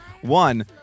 One